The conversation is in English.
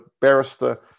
barrister